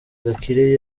gakire